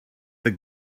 the